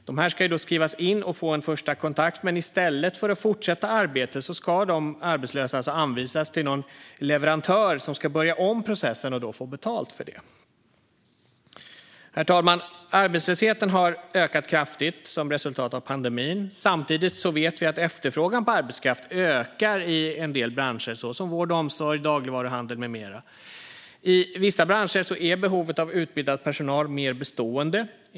De ska skrivas in och få en första kontakt, men i stället för att fortsätta arbetet ska de arbetslösa alltså anvisas till någon leverantör som ska börja om processen och då få betalt för det. Herr talman! Arbetslösheten har ökat kraftigt som resultat av pandemin. Samtidigt vet vi att efterfrågan på arbetskraft ökar i en del branscher såsom vård och omsorg, dagligvaruhandel med mera. I vissa branscher är behovet av utbildad personal mer bestående.